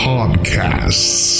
Podcasts